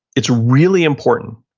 it's really important.